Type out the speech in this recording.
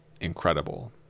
incredible